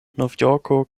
novjorko